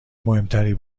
مهمتری